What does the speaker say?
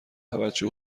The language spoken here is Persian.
توجه